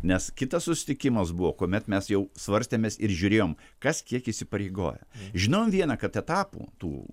nes kitas susitikimas buvo kuomet mes jau svarstėmės ir žiūrėjom kas kiek įsipareigoję žinojom vieną kad etapų tų